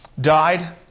died